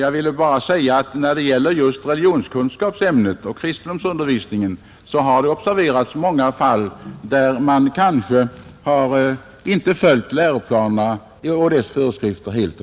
Jag vill bara säga att just när det gäller religionskunskapsämnet och kristendomsundervisningen har observerats åtskilliga fall där man inte helt och fullt följt läroplanerna och deras intentioner.